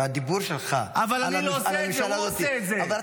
בדיבור שלך על הממשלה הזאת.